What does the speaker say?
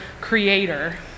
creator